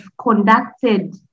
conducted